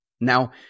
Now